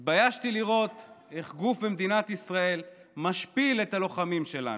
התביישתי לראות איך גוף במדינת ישראל משפיל את הלוחמים שלנו.